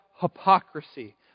hypocrisy